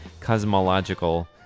Cosmological